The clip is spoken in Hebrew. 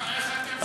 מה, איך אתם, ?